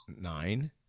Nine